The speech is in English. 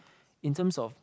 in terms of